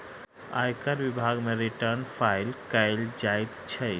आयकर विभाग मे रिटर्न फाइल कयल जाइत छै